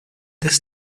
this